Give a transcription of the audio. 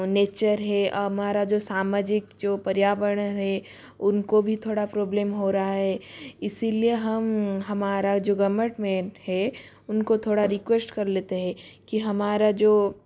nature है हमारा जो सामाजिक जो पर्यावरण है उनको भी थोड़ा प्रॉब्लम हो रहा है इसी लिए हम हमारा जो गमटमेंट है उनको थोड़ा रिकुएस्ट कर लेते है कि हमारा जो